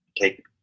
take